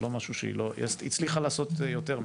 היא הצליחה לעשות יותר מזה.